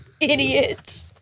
idiot